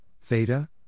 theta